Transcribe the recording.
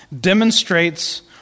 demonstrates